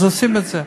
אז עושים את זה.